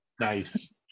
Nice